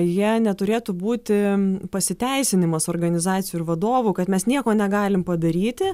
jie neturėtų būti pasiteisinimas organizacijų ir vadovų kad mes nieko negalim padaryti